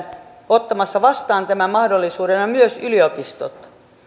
ottamassa vastaan tämän mahdollisuuden ja myös yliopistot